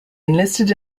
enlisted